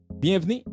Bienvenue